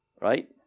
Right